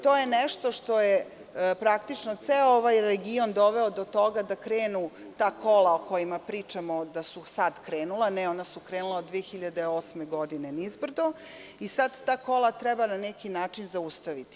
To je nešto što je praktično ceo ovaj region doveo do toga da krenu ta kola, o kojima pričamo da su sad krenula, ne ona su krenula od 2008. godine nizbrdo, i sada ta kola treba na neki način zaustaviti.